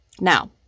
Now